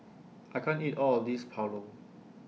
I can't eat All of This Pulao